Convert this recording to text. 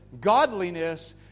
godliness